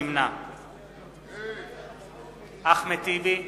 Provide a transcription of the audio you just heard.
נמנע אחמד טיבי,